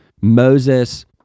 Moses